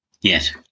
Yes